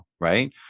right